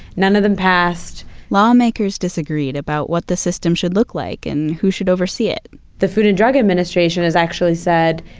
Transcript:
none of them passed law makers disagreed about what the system should look like and who should oversee it the food and drug administration has actually said,